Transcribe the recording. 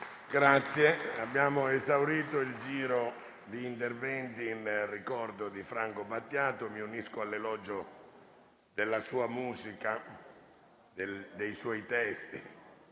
Abbiamo esaurito gli interventi in ricordo di Franco Battiato. Mi unisco all'elogio della sua musica, dei suoi testi.